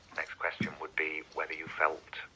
next question would be whether you felt